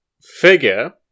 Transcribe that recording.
figure